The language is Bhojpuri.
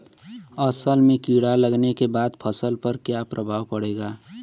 असल में कीड़ा लगने के बाद फसल पर क्या प्रभाव पड़ेगा?